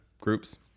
groups